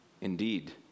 indeed